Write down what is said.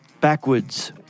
backwards